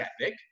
ethic